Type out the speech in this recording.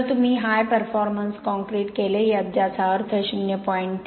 जर तुम्ही high performance concrete केले ज्याचा अर्थ ०